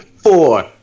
Four